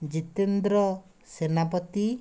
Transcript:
Jitendra Senapati